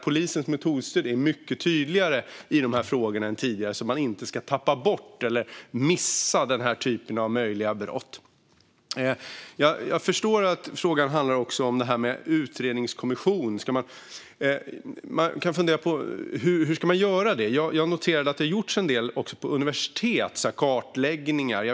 Polisens metodstöd är mycket tydligare i dessa frågor än tidigare så att man inte ska tappa bort eller missa dessa möjliga brott. Frågan handlade också om en eventuell utredningskommission. Man kan fundera på hur man ska göra en sådan. Jag har noterat att en del har gjorts också på universitet. Det handlar bland annat om kartläggningar.